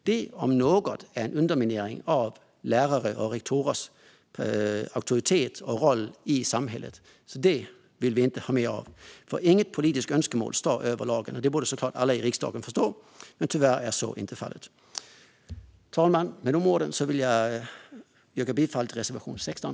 Det om något är en underminering av lärares och rektorers auktoritet och roll i samhället, så det vill vi inte ha mer av. Inget politiskt önskemål står över lagen, och det borde såklart alla i riksdagen förstå. Men tyvärr är så inte fallet. Fru talman! Med de orden vill jag yrka bifall till reservation 16.